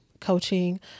coaching